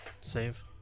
save